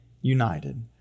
united